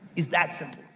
it's that simple.